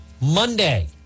monday